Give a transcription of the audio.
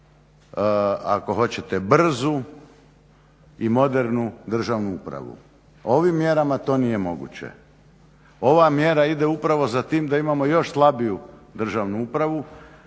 ako hoćete brzu i modernu državnu upravu. Ovim mjerama to nije moguće. Ova mjera ide upravo za tim da imamo još slabiju državnu upravu.